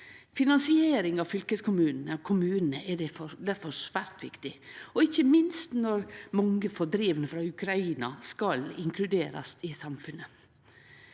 Finansiering av fylkeskommunane og kommunane er difor svært viktig, ikkje minst når mange fordrivne frå Ukraina skal inkluderast i samfunnet.